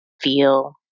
feel